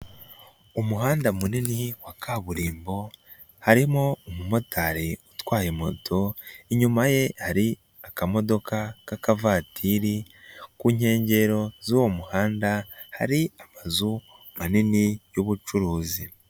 Umuhanda munini wa kaburimbo, harimo umu motari utwaye moto. Inyuma ye hari aka modoka k'akavatiri. Ku nkengero z'uwo muhanda, hari amazu manini y'ubucuruzi.